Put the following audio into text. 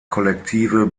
kollektive